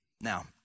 Now